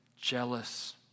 jealous